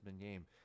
game